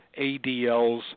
ADLs